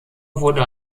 wurde